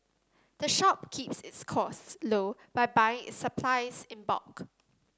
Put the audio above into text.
the shop keeps its costs low by buying its supplies in bulk